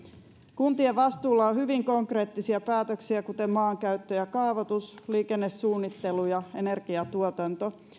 kuntien vastuulla on hyvin konkreettisia päätöksiä kuten maankäyttö ja kaavoitus liikennesuunnittelu ja energiantuotanto